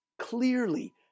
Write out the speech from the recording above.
Clearly